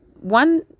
one